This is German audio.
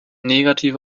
negativ